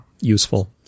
useful